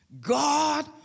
God